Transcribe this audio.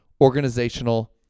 organizational